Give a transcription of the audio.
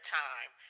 time